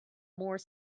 more